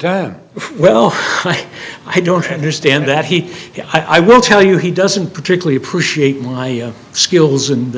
time well i don't understand that he he i will tell you he doesn't particularly appreciate my skills and